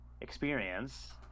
experience